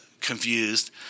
confused